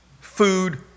food